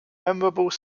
memorable